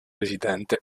residente